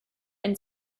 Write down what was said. and